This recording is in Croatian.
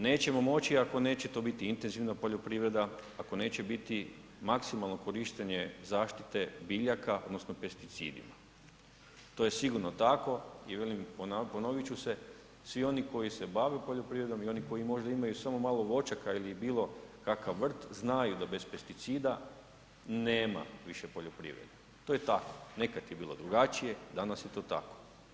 Nećemo moći ako neće to biti intenzivna poljoprivreda, ako neće biti maksimalno korištenje zaštite biljaka odnosno pesticidima, to je sigurno tako i velim ponovit ću se, svi oni koji se bave poljoprivredom i oni koji možda imaju samo malo voćaka ili bilo kakav vrt, znaju da bez pesticida nema više poljoprivrede, to je tako, nekad je bilo drugačije, danas je to tako.